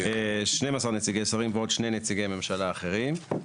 12 נציגי שרים ועוד שני נציגי ממשלה אחרים.